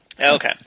okay